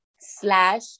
slash